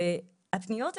הפניות האלה,